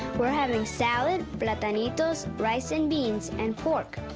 we're having salad, but platanitos, rice and beans, and pork.